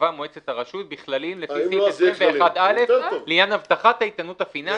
שקבעה מועצת הרשות בכללים לפי סעיף 21א לעניין הבטחת האיתנות הפיננסית.